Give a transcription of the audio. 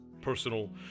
personal